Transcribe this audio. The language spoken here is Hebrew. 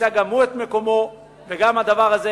ימצא גם הוא את מקומו וגם הדבר הזה